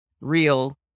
real